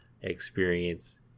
experience